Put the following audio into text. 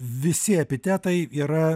visi epitetai yra